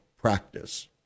practice